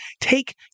take